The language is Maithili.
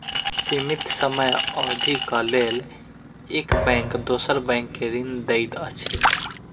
सीमित समय अवधिक लेल एक बैंक दोसर बैंक के ऋण दैत अछि